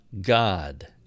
God